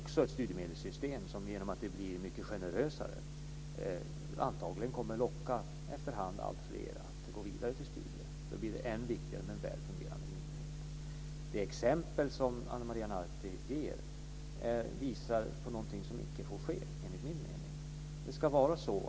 Det är ett studiemedelssystem som genom att det blir mycket generösare antagligen efter hand kommer att locka alltfler att gå vidare till studier. Då blir det än viktigare med en väl fungerande myndighet. Det exempel som Ana Maria Narti ger visar på någonting som icke får ske, enligt min mening.